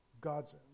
God's